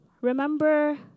remember